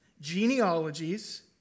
genealogies